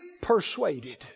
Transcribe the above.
persuaded